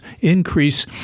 increase